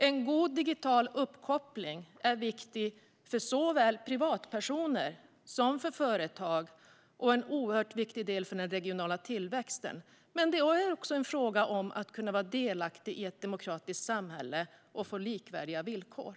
En god digital uppkoppling är viktig för såväl privatpersoner som företag, och det är en oerhört viktig del för den regionala tillväxten. Men det är också en fråga om att kunna vara delaktig i ett demokratiskt samhälle och få likvärdiga villkor.